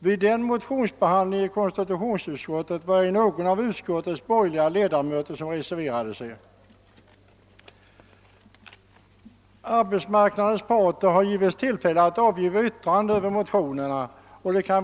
Vid den motionsbehandlingen var det inte någon av utskottets borgerliga ledamöter som reserverade sig. Arbetsmarknadens parter har beretts tillfälle att yttra sig över motionerna.